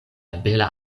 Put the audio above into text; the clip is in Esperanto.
bela